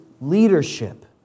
leadership